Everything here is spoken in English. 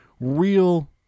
Real